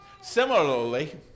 similarly